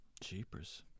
jeepers